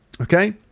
Okay